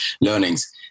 learnings